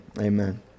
amen